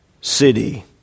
city